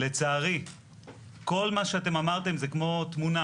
שלצערי כל מה שאתם אמרתם זה כמו תמונה,